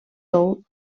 tou